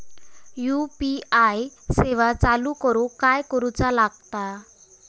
UPI सेवा चालू करूक काय करूचा लागता?